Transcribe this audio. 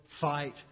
fight